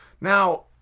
Now